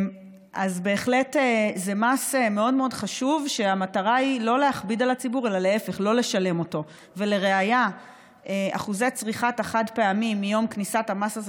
בכל זאת אני רוצה להגיד ולבשר לציבור המורות והמורים שהיום נכנסו